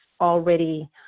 already